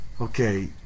Okay